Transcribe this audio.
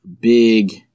Big